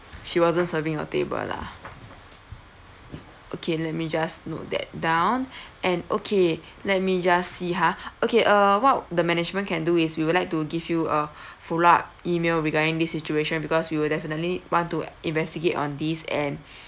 she wasn't serving your table lah okay let me just note that down and okay let me just see ha okay uh what the management can do is we would like to give you a follow up email regarding this situation because we will definitely want to investigate on this and